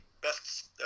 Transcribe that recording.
best